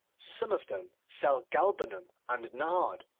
some of them sell galbanum and nard,